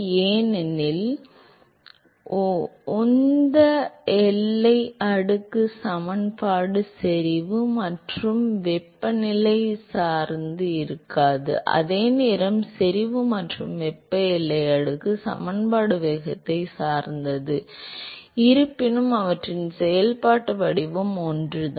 ஏனெனில் உந்த எல்லை அடுக்கு சமன்பாடு செறிவு மற்றும் வெப்பநிலையை சார்ந்து இருக்காது அதே சமயம் செறிவு மற்றும் வெப்ப எல்லை அடுக்கு சமன்பாடு வேகத்தை சார்ந்தது இருப்பினும் அவற்றின் செயல்பாட்டு வடிவம் ஒன்றுதான்